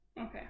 Okay